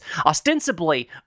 Ostensibly